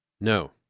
No